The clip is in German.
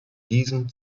diesen